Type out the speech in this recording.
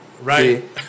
Right